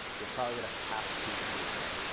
you're probably going to have to use one.